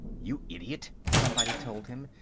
you idiot, somebody told him,